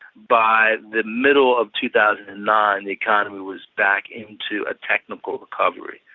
by the middle of two thousand and nine, the economy was back into a technical recovery.